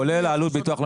כולל עלות ביטוח לאומי.